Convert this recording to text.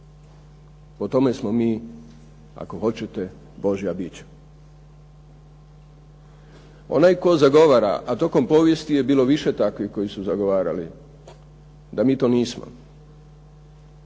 po tome smo mi ako hoćete Božja bića. Onaj koji zagovara, a tokom povijesti je bilo više takvih koji su zagovarali da mi to nismo